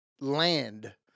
land